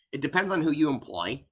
it depends on who you employ,